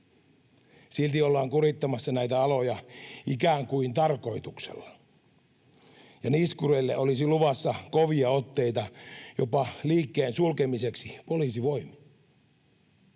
Silti ollaan kurittamassa näitä aloja ikään kuin tarkoituksella, ja niskureille olisi luvassa kovia otteita, jopa liikkeen sulkemiseksi poliisivoimin.